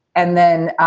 and then